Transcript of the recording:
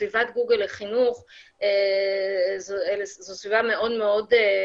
שסביבת גוגל לחינוך היא סביבה מאוד פולרית.